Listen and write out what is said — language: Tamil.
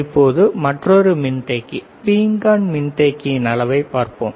இப்போது மற்றொரு மின்தேக்கி பீங்கான் மின்தேக்கியின் அளவை பார்ப்போம்